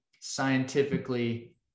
scientifically